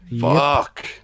Fuck